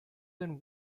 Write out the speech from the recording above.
than